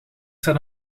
staat